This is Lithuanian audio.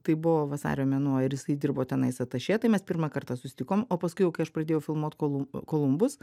tai buvo vasario mėnuo ir jisai dirbo tenais atašė tai mes pirmą kartą susitikom o paskui jau kai aš pradėjau filmuot kolu kolumbus